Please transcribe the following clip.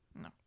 no